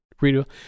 redo